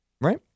right